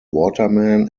waterman